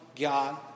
God